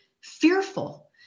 fearful